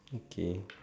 okay